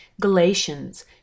Galatians